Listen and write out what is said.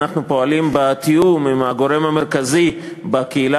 אנחנו פועלים בתיאום עם הגורם המרכזי בקהילה